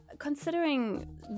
considering